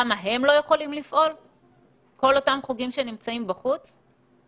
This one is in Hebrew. למה כל אותם חוגים שנמצאים בחוץ לא יכולים לפעול?